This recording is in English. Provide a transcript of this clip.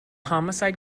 homicide